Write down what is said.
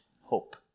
hope